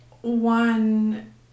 one